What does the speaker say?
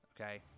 okay